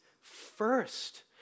first